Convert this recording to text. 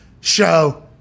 show